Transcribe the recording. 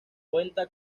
cuenta